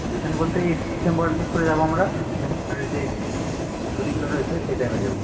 recent বলতে এই ডিসেম্বরের দিক করে যাব আমরা ডিসেম্বরে যে ছুটিগুলো রয়েছে সেই টাইমে যাব